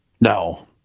No